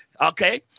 Okay